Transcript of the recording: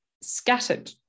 scattered